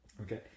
okay